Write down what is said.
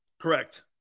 Correct